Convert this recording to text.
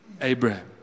Abraham